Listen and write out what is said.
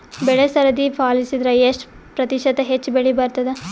ಬೆಳಿ ಸರದಿ ಪಾಲಸಿದರ ಎಷ್ಟ ಪ್ರತಿಶತ ಹೆಚ್ಚ ಬೆಳಿ ಬರತದ?